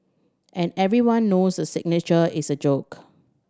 and everyone knows the signature is a joke